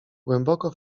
głęboko